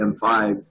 M5